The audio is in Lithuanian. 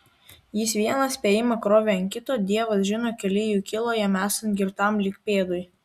jis vieną spėjimą krovė ant kito dievas žino keli jų kilo jam esant girtam lyg pėdui